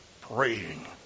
praying